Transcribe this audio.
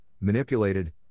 manipulated